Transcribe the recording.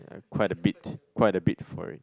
quite a bit quite a bit for it